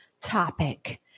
topic